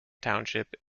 township